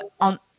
on